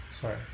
sorry